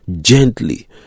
gently